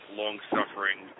long-suffering